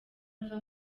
ava